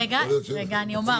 רגע, אני אומר.